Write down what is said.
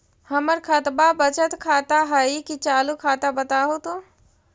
हमर खतबा बचत खाता हइ कि चालु खाता, बताहु तो?